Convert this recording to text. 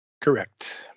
correct